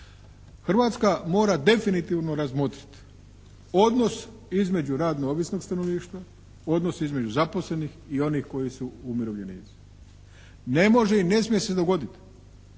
Hrvatska mora definitivno razmotriti odnos između radno ovisnog stanovništva, odnos između zaposlenih i onih koji su umirovljenici. Ne može i ne smije se dogoditi,